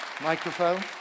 Microphone